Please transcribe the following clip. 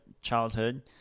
childhood